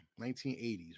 1980s